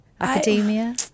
Academia